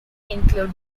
include